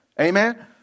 Amen